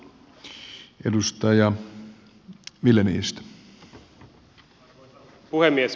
arvoisa puhemies